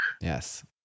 Yes